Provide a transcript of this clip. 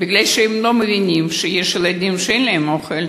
כי הן לא מבינות שיש ילדים שאין להם אוכל,